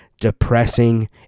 depressing